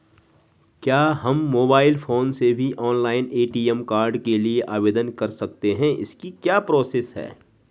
क्या हम mobile phone से भी ऑनलाइन ए.टी.एम कार्ड के लिए आवेदन कर सकते हैं इसकी क्या प्रोसेस है?